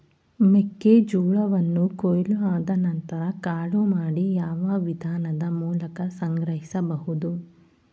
ಮೆಕ್ಕೆ ಜೋಳವನ್ನು ಕೊಯ್ಲು ಆದ ನಂತರ ಕಾಳು ಮಾಡಿ ಯಾವ ವಿಧಾನದ ಮೂಲಕ ಸಂಗ್ರಹಿಸಬಹುದು?